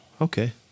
Okay